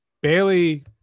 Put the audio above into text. Bailey